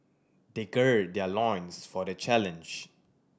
they gird their loins for the challenge